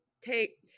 take